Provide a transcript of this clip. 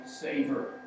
savor